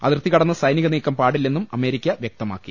അതിർത്തി കടന്ന് സൈനിക നീക്കം പാടില്ലെന്നും അമേരിക്ക വൃക്തമാക്കി